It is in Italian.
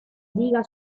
diga